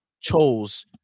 chose